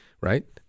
right